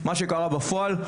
מה שקרה בפועל,